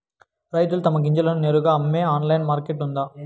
రైతులు తమ గింజలను నేరుగా అమ్మే ఆన్లైన్ మార్కెట్ ఉందా?